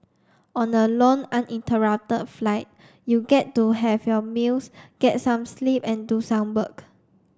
on a long uninterrupted flight you get to have your meals get some sleep and do some work